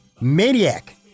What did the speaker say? Maniac